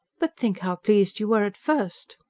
but think how pleased you were at first!